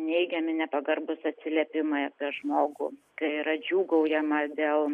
neigiami nepagarbūs atsiliepimai apie žmogų kai yra džiūgaujama dėl